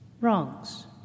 wrongs